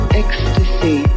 ecstasy